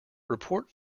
report